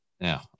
Now